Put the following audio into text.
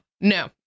No